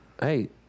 Hey